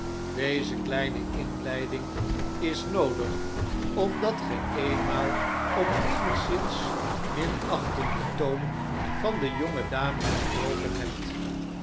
deze kleine inleiding is noodig omdat ge eenmaal op eenigszins minachtenden toon van de jonge dame gesproken hebt